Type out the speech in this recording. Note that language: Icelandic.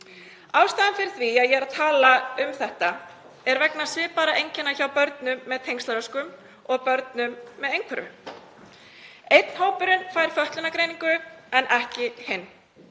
Ástæðan fyrir því að ég er að tala um þetta er vegna svipaðra einkenna hjá börnum með tengslaröskun og börnum með einhverfu. Einn hópurinn fær fötlunargreiningu en ekki hinn.